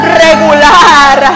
regular